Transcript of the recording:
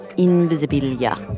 invisibilia yeah